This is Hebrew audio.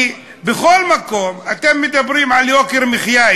כי בכל מקום אתם מדברים על יוקר מחיה,